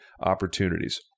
opportunities